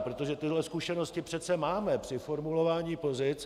Protože tyhle zkušenosti přece máme při formulování pozic.